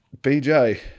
BJ